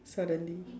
suddenly